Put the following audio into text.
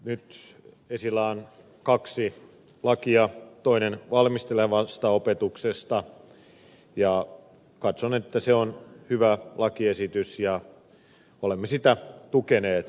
nyt esillä on kaksi lakia toinen valmistavasta opetuksesta ja katson että se on hyvä lakiesitys ja olemme sitä tukeneet